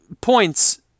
points